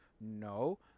no